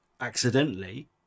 accidentally